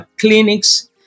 clinics